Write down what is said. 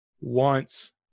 wants